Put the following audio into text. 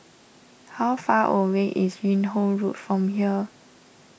how far away is Yung Ho Road from here